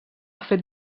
fet